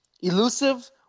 Elusive